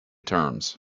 terms